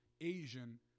Asian